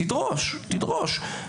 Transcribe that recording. תדרוש, תדרוש.